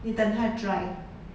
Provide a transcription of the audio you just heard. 你等它 dry